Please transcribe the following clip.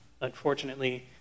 unfortunately